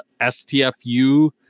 STFU